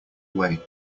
way